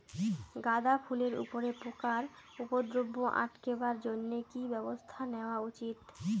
গাঁদা ফুলের উপরে পোকার উপদ্রব আটকেবার জইন্যে কি ব্যবস্থা নেওয়া উচিৎ?